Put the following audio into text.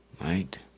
right